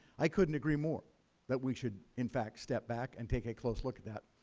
i couldn't agree more that we should, in fact, step back and take a close look at that.